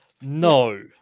No